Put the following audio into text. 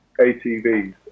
ATVs